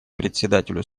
председателю